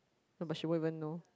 but she won't even know